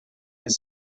his